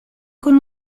con